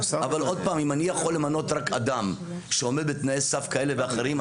אם אני יכול למנות רק אדם שעומד בתנאי סף כאלה ואחרים,